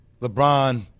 LeBron